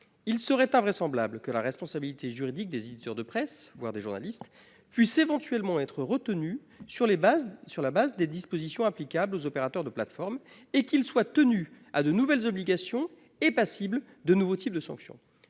Il serait invraisemblable que la responsabilité juridique des éditeurs de presse, voire des journalistes, puisse éventuellement être retenue sur la base des dispositions applicables aux opérateurs de plateformes, et qu'ils soient tenus à de nouvelles obligations et passibles de nouveaux types de sanctions.